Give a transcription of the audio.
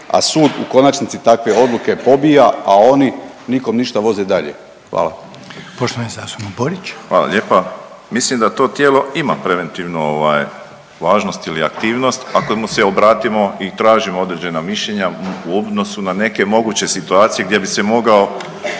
a sud u konačnici takve odluke pobija, a oni nikom ništa voze dalje? Hvala. **Reiner, Željko (HDZ)** Poštovani zastupnik Borić. **Borić, Josip (HDZ)** Hvala lijepa. Mislim da to tijelo ima preventivnu ovaj važnost ili aktivnost ako mu se obratimo i tražimo određena mišljenja u odnosu na neke moguće situacije gdje bi se mogao